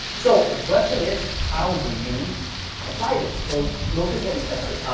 so the question is, how do you apply this? so notice what we tested.